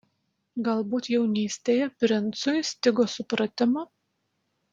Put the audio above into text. galbūt jaunystėje princui stigo supratimo